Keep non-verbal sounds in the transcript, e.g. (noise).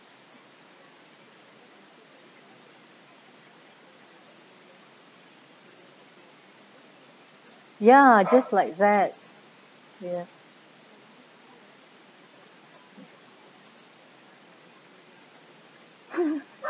ya just like that ya (laughs)